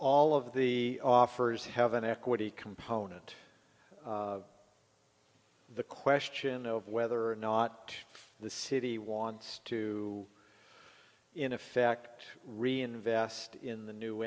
all of the offers have an equity component the question of whether or not the city wants to in effect reinvest in the new